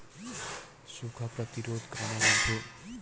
सुखा प्रतिरोध कामा मिलथे?